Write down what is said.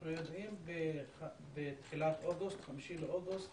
אנחנו יודעים שב-5 באוגוסט